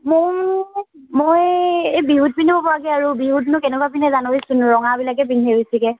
মই এই বিহুত পিন্ধিব পৰাকৈ আৰু বিহুতনো কেনেকুৱা পিন্ধে জানইচোন ৰঙাবিলাকে পিন্ধে বেছিকৈ